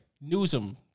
Newsom